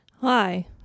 Hi